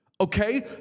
Okay